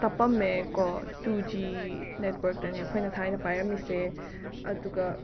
ꯇꯞꯄꯝꯃꯦꯀꯣ two G ꯅꯦꯠꯋ꯭ꯔꯥꯛꯇꯅꯦ ꯑꯩꯈꯣꯏꯅ ꯊꯥꯏꯅ ꯄꯥꯏꯔꯝꯃꯤꯁꯦ ꯑꯗꯨꯒ